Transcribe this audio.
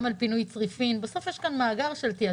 גם על פינוי צריפין.